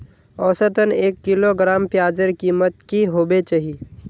औसतन एक किलोग्राम प्याजेर कीमत की होबे चही?